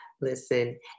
Listen